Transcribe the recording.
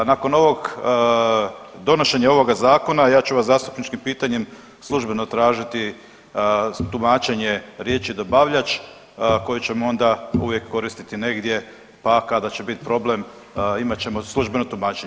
Nakon ovog donošenja ovoga zastupnika ja ću vas zastupničkim pitanjem službeno tražiti tumačenje riječi dobavljač koji ćemo onda uvijek koristiti negdje pa kada će biti problem imat ćemo službeno tumačenje.